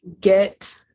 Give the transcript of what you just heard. get